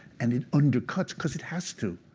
and it undercuts because it has to.